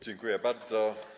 Dziękuję bardzo.